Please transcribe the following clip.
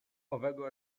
owego